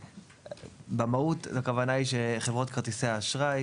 במהות הכוונה היא שחברות כרטיסי האשראי